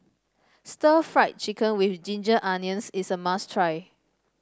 Stir Fried Chicken with Ginger Onions is a must try